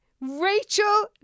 Rachel